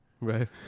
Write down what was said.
Right